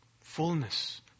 Fullness